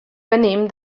venim